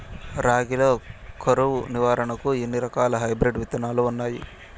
రాగి లో కరువు నివారణకు ఎన్ని రకాల హైబ్రిడ్ విత్తనాలు ఉన్నాయి